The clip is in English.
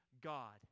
God